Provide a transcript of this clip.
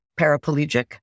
paraplegic